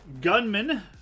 gunman